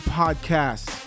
podcast